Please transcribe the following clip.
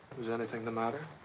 is anything the matter?